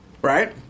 Right